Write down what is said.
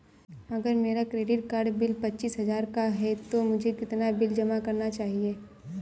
अगर मेरा credit card bill पच्चीस हजार का है तो मुझे कितना बिल जमा करना चाहिए?